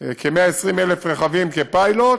כ-120,000 רכבים, כפיילוט,